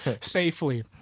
safely